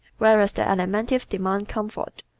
whereas the alimentives demand comfort,